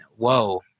whoa